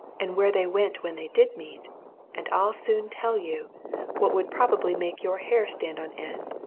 and where they went when they did meet and i'll soon tell you what would probably make your hair stand on end!